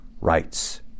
rights